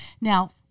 now